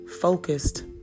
focused